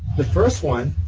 the first one